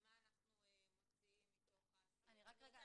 מה אנחנו מוציאים מתוך ה --- אני רק רוצה